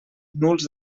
nuls